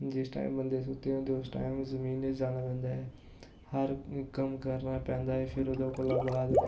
जिस टाइम बंदे सुत्ते होंदे उस टाइम जमीनै ई जाना पेंदा ऐ हर कम्म करना पेंदा ऐ फिर ओह्दे कोला बाद